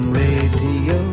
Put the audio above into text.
radio